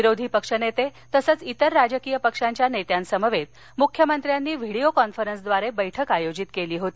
विरोधी पक्ष नेते तसेच इतर राजकीय पक्षांच्या नेत्यांसमवेत मुख्यमंत्र्यांनी व्हिडीओ कॉन्फरन्सद्वारे बैठक आयोजित केली होती